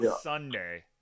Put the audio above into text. Sunday